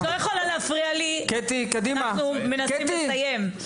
את לא יכולה להפריע לי, אנחנו מנסים לסיים.